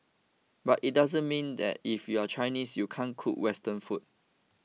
but it doesn't mean that if you are Chinese you can't cook Western food